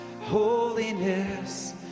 holiness